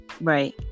Right